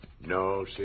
No